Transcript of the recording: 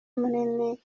munini